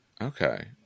okay